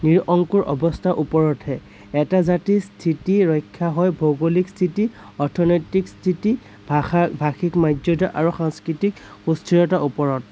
নিৰংকুৰ অৱস্থাৰ ওপৰহে এটা জাতিৰ স্থিতি ৰক্ষা হয় ভৌগোলিক স্থিতি অৰ্থনৈতিক স্থিতি ভাষা ভাষিক মৰ্যদা আৰু সাংস্কৃতিক সুস্থিৰতাৰ ওপৰত